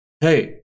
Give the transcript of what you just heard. hey